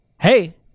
hey